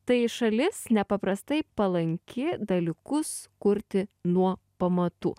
tai šalis nepaprastai palanki dalykus kurti nuo pamatų